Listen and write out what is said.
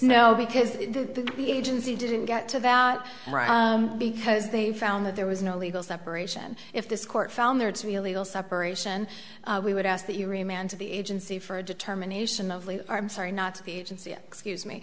no because the agency didn't get to that because they found that there was no legal separation if this court found there to be a legal separation we would ask that you re man to the agency for a determination of lea arm sorry not to be agency excuse me